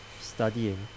studying